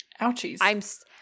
ouchies